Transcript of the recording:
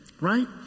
right